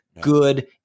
good